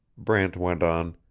brant went on.